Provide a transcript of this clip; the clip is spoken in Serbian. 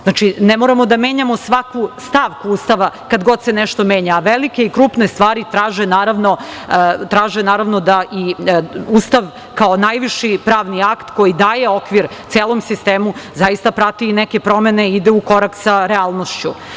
Znači, ne moramo da menjamo svaku stavku Ustava kada god se nešto menja, a velike i krupne stvari traže naravno da i Ustav kao najviši pravni akt koji daje okvir celom sistemu, zaista prati i neke promene i ide u korak sa realnošću.